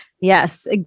Yes